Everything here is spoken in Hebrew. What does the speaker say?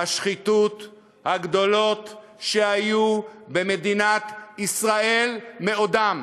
השחיתות הגדולות שהיו במדינת ישראל מעודה.